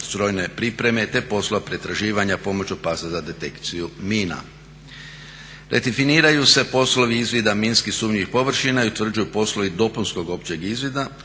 strojne pripreme, te posla pretraživanja pomoću pasa za detekciju mina. Redefiniraju se poslovi izvida minski sumnjivih površina i utvrđuju poslovi dopunskog općeg izvida